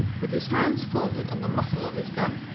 with his hands folded on the muzzle of his gun,